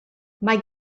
mae